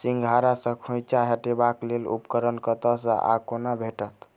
सिंघाड़ा सऽ खोइंचा हटेबाक लेल उपकरण कतह सऽ आ कोना भेटत?